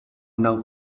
now